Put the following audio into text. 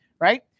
right